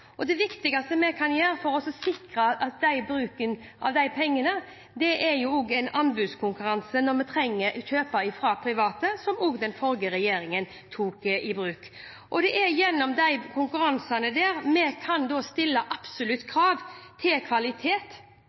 det viktigste vi kan gjøre for å sikre bruken av disse pengene, er å ha en anbudskonkurranse når vi trenger å kjøpe fra private, noe også den forrige regjeringen tok i bruk. Gjennom anbudskonkurransene kan vi stille absolutte krav til kvalitet. I tillegg kan